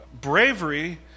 bravery